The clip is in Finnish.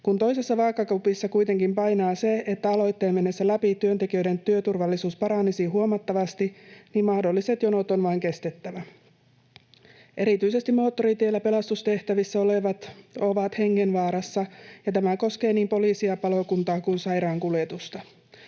Kun toisessa vaakakupissa kuitenkin painaa se, että aloitteen mennessä läpi työntekijöiden työturvallisuus paranisi huomattavasti, niin mahdolliset jonot on vain kestettävä. Erityisesti moottoriteillä pelastustehtävissä olevat ovat hengenvaarassa, ja tämä koskee niin poliisia, palokuntaa kuin sairaankuljetusta.